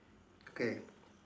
okay